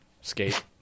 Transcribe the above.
Skate